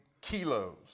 kilos